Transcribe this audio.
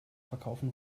verkaufen